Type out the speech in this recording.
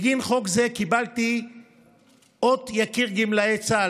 בגין חוק זה קיבלתי אות יקיר גמלאי צה"ל,